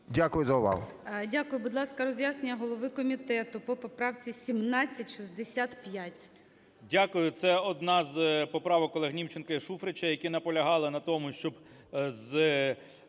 Дякую за увагу.